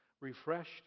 Refreshed